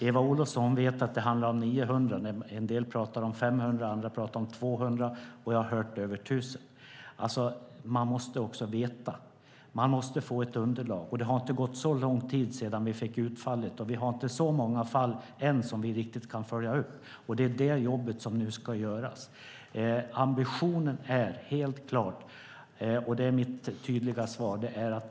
Eva Olofsson vet att det handlar om 900 när en del pratar om 500 och andra pratar om 200 - och jag har hört om över 1 000. Man måste också veta. Man måste få ett underlag. Det har inte gått så lång tid sedan vi fick utfallet, och vi har inte så många fall än som vi riktigt kan följa upp. Det är det jobb som nu ska göras. Ambitionen är helt klar, och det är mitt tydliga svar.